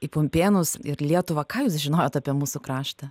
į pumpėnus ir lietuvą ką jūs žinojot apie mūsų kraštą